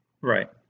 Right